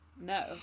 No